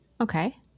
Okay